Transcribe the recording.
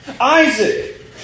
Isaac